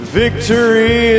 victory